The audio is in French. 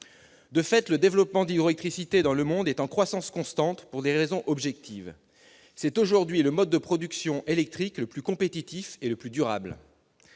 De fait, le développement de l'hydroélectricité dans le monde est en croissance constante pour des raisons objectives. C'est aujourd'hui le mode de production électrique le plus compétitif et le plus durable.